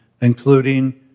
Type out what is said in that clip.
including